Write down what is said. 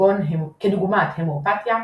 כדוגמת הומאופתיה,